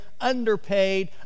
underpaid